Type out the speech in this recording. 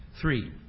Three